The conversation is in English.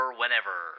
whenever